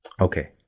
Okay